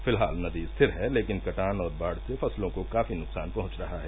फिलहाल नदी स्थिर है लेकिन कटान और बाढ़ से फसलों को काफी नुकसान पहुंच रहा है